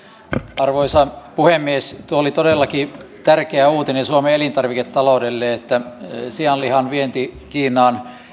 arvoisa puhemies tuo oli todellakin tärkeä uutinen suomen elintarviketaloudelle että sianlihan vienti kiinaan